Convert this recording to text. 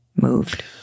moved